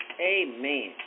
Amen